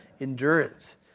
endurance